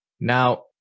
Now